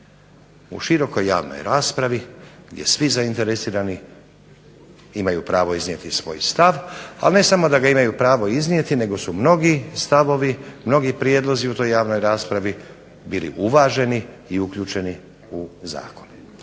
U širokoj javnoj raspravi, gdje svi zainteresirani imaju pravo iznijeti svoj stav, ali ne samo da ga imaju pravo iznijeti, nego su mnogi stavovi, mnogi prijedlozi u toj javnoj raspravi bili uvaženi i uključeni u zakon.